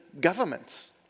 governments